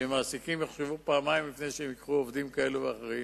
שמעסיקים יחשבו פעמיים לפני שהם ייקחו עובדים כאלה ואחרים.